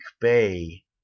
Bay